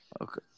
Okay